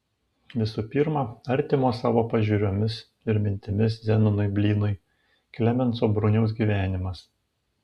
visų pirma artimo savo pažiūromis ir mintimis zenonui blynui klemenso bruniaus gyvenimas